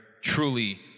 truly